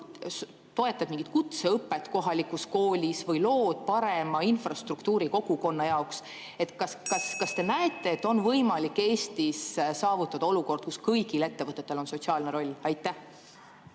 toetad mingit kutseõpet kohalikus koolis või lood parema infrastruktuuri kogukonna jaoks. Kas te näete, et on võimalik Eestis saavutada olukord, kus kõigil ettevõtetel on sotsiaalne roll? Aitäh,